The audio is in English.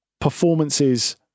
performances